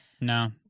No